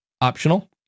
optional